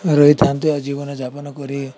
ରହିଥାନ୍ତୁ ଆଉ ଜୀବନ ଯାପନ କରି